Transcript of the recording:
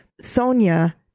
Sonia